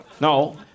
No